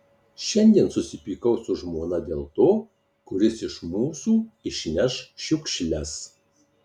šiandien susipykau su žmona dėl to kuris iš mūsų išneš šiukšles